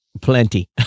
Plenty